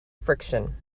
friction